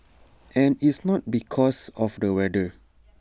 and it's not because of the weather